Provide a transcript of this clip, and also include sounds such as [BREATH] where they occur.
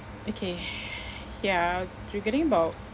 okay [BREATH] ya regarding about